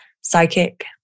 Psychic